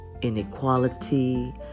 inequality